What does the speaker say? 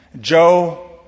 Joe